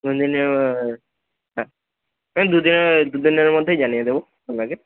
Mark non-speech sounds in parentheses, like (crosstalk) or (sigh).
(unintelligible) হ্যাঁ ওই দুদিন দুদিনের মধ্যেই জানিয়ে দেবো আপনাকে